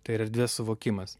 tai yra erdvės suvokimas